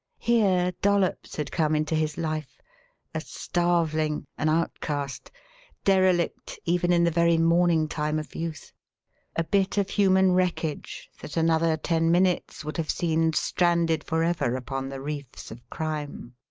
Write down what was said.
here dollops had come into his life a starveling, an outcast derelict even in the very morning time of youth a bit of human wreckage that another ten minutes would have seen stranded forever upon the reefs of crime.